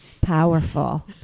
powerful